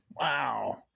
Wow